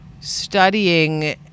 studying